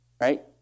right